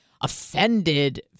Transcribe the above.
offended